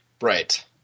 Right